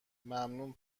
ممنون